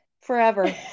forever